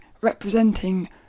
representing